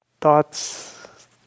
Thoughts